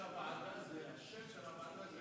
השם של הוועדה הוא